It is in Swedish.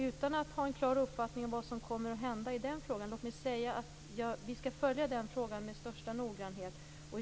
Utan att ha en klar uppfattning om vad som kommer att hända i den frågan kan jag säga att vi skall följa den med största noggrannhet.